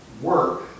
work